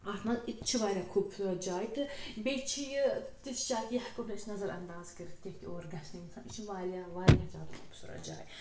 اَتھ منٛز یہِ تہِ چھِ واریاہ خوٗبصوٗرت جاے تہٕ بیٚیہِ چھِ یہِ تِژھ چاے کہِ یہِ ہٮ۪کو نہٕ أسۍ نظر اَنداز کٔرِتھ کینٛہہ تہِ اور گَژھِ نہٕ اِنسان یہِ چھِ واریاہ واریاہ زیادٕ خوٗبصوٗرت جاے